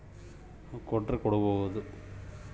ದಿನಾಲು ರೇಡಿಯೋದಾಗ ದಿನದ ವಾತಾವರಣ ಮೀನುಗಾರರಿಗೆ ಸೂಚನೆ ಕೊಡ್ತಾರ